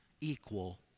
equal